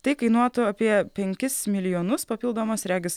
tai kainuotų apie penkis milijonus papildomus regis